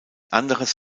anderes